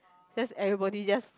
just everybody just